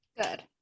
Good